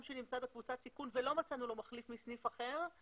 שנמצא בקבוצת סיכון ולא מצאנו לו מחליף מסניף אחר.